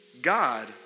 God